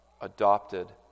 adopted